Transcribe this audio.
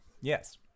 yes